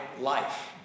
life